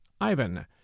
Ivan